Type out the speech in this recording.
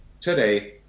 today